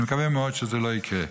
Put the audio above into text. אני מקווה מאוד שזה לא יקרה.